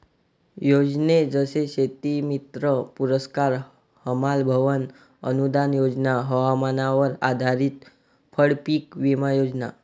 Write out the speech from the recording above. योजने जसे शेतीमित्र पुरस्कार, हमाल भवन अनूदान योजना, हवामानावर आधारित फळपीक विमा योजना